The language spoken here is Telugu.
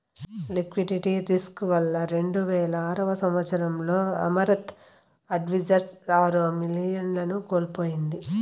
లిక్విడిటీ రిస్కు వల్ల రెండువేల ఆరవ సంవచ్చరంలో అమరత్ అడ్వైజర్స్ ఆరు మిలియన్లను కోల్పోయింది